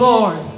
Lord